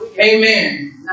Amen